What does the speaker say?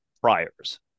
priors